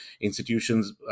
institutions